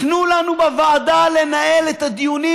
תנו לנו בוועדה לנהל את הדיונים,